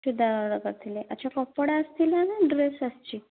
churidar order କରିଥିଲେ ଆଚ୍ଛା କପଡ଼ା ଆସିଥିଲା ନା ଡ୍ରେସ୍ ଆସିଛି